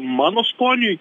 mano skoniui